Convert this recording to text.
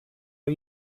are